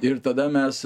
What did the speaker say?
ir tada mes